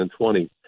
2020